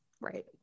right